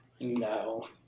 No